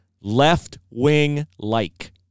left-wing-like